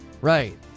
Right